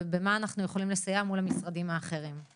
ובמה אנחנו יכולים לסייע מול המשרדים האחרים?